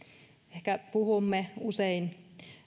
ehkä puhumme usein